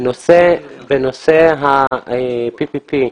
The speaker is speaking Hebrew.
בנושא ה-PPP,